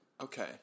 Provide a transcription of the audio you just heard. Okay